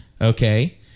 Okay